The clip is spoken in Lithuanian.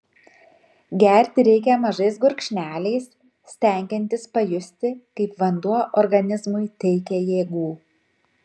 gerti reikia mažais gurkšneliais stengiantis pajusti kaip vanduo organizmui teikia jėgų